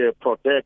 protect